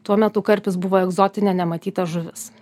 tuo metu karpis buvo egzotinė nematyta žuvis